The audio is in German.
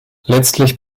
letztlich